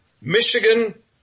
Michigan